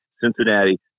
Cincinnati